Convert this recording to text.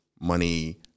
money